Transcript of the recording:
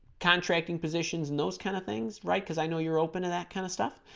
contracting positions and those kind of things right because i know you're open to that kind of stuff